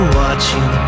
watching